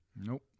Nope